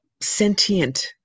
sentient